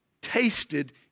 tasted